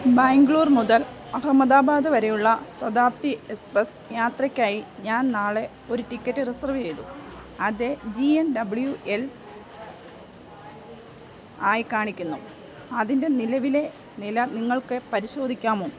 ബാംഗ്ലൂർ മുതൽ അഹമ്മദാബാദ് വരെയുള്ള ശതാബ്ദി എക്സ്പ്രസ്സ് യാത്രയ്ക്കായി ഞാൻ നാളെ ഒരു ടിക്കറ്റ് റിസർവ് ചെയ്തു അത് ജി എൻ ഡബ്ല്യു എൽ ആയി കാണിക്കുന്നു അതിൻ്റെ നിലവിലെ നില നിങ്ങൾക്ക് പരിശോധിക്കാമോ